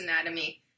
anatomy